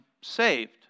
saved